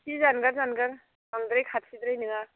एसे जानगार जानगार बांद्राय खाथिद्राय नङा